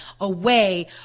away